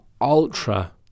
ultra